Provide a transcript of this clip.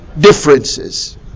differences